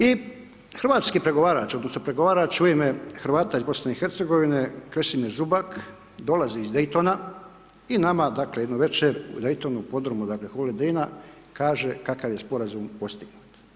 I hrvatski pregovarač odnosno pregovarač u ime Hrvata iz BiH Krešimir Zubak dolazi iz Dejtona i nama dakle, jednu večer u Dejtonu podrumu, dakle, Holiday Inn-a kaže kakav je Sporazum postignut.